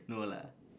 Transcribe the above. no lah